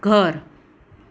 ઘર